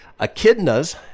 echidnas